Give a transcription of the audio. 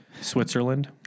Switzerland